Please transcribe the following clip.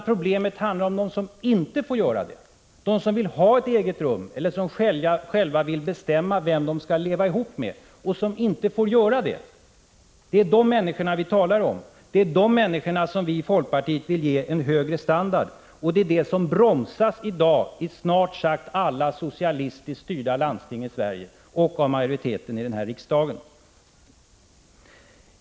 Problemen uppstår för dem som vill ha eget rum eller själva vill bestämma vem de skall leva ihop med och inte får göra det. Det är dessa människor vi talar om, och det är dessa människor vi i folkpartiet vill ge en högre standard. Men detta bromsas i dag i snart sagt alla socialistiskt styrda landsting i Sverige och av majoriteten i denna riksdag.